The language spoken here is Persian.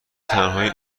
تنهایی